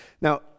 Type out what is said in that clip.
Now